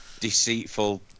deceitful